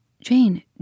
Jane